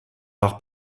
par